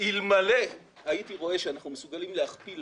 אלמלא הייתי רואה שאנחנו מסוגלים להכפיל